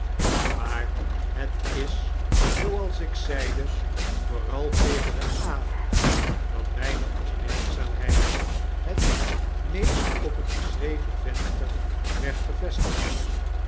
maar het is zooals ik zeide vooral tegen den avond dat mijne opmerkzaamheid het meest op het beschreven venster werd gevestigd